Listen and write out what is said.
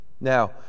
Now